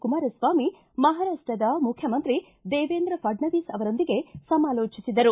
ಕುಮಾರಸ್ವಾಮಿ ಮಹಾರಾಷ್ಟದ ಮುಖ್ಯಮಂತ್ರಿ ದೇವೇಂದ್ರ ಫಡ್ನವೀಸ್ ಅವರೊಂದಿಗೆ ಸಮಾಲೋಚಿಸಿದರು